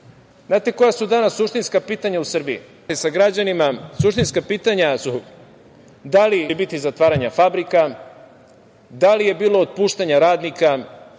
li koja su danas suštinska pitanja u Srbiji? Kada razgovarate sa građanima, suštinska pitanja su da li će biti zatvaranja fabrika, da li je bilo otpuštanja radnika